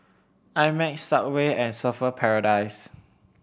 I Max Subway and Surfer Paradise